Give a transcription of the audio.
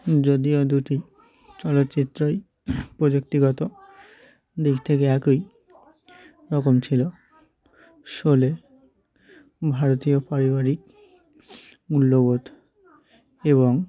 যদিও দুটি চলচ্চিত্রই প্রযুক্তিগত দিক থেকে একই রকম ছিলো সলে ভারতীয় পারিবারিক মূল্যবোধ এবং